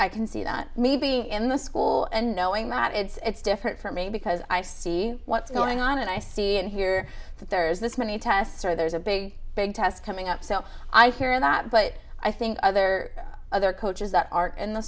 i can see that maybe in the school and knowing that it's different for me because i see what's going on and i see and hear that there's this many tests or there's a big big test coming up so i fear that but i think other other coaches that are in the